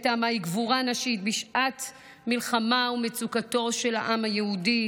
שהראתה מהי גבורה נשית בשעת מלחמה ומצוקה של העם היהודי,